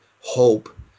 hope